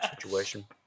situation